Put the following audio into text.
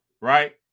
right